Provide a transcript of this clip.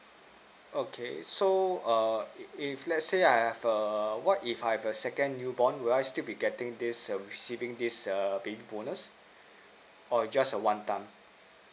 okay so err if let's say I have a what if I have a second newborn will I still be getting this err receiving this a baby bonus or just a one time